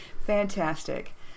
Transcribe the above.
Fantastic